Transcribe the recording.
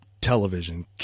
television